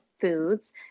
Foods